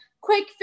quick